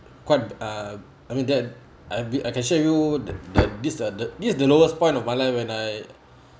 quite uh I mean that I've been I can share you the the this uh the this is the lowest point of my life when I